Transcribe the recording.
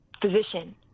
physician